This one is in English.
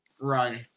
run